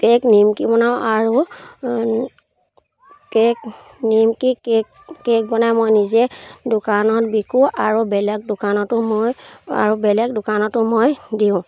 cake নিমকি বনাওঁ আৰু কেক নিমকি কেক কেক বনাই মই নিজে দোকানত বিকো আৰু বেলেগ দোকানতো মই আৰু বেলেগ দোকানতো মই দিওঁ